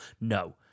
No